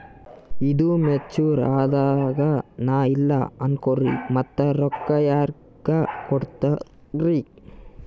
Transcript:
ಈದು ಮೆಚುರ್ ಅದಾಗ ನಾ ಇಲ್ಲ ಅನಕೊರಿ ಮತ್ತ ರೊಕ್ಕ ಯಾರಿಗ ಕೊಡತಿರಿ?